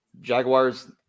Jaguars